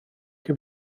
chi